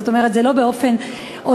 זאת אומרת, זה לא באופן אוטומטי.